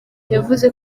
yavuze